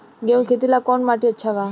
गेहूं के खेती ला कौन माटी अच्छा बा?